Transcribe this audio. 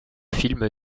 film